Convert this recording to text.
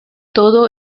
todo